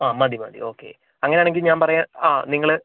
ആ മതി മതി ഓക്കെ അങ്ങനെ ആണെങ്കിൽ ഞാൻ പറയാം ആ നിങ്ങൾ